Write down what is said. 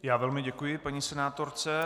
Já velmi děkuji paní senátorce.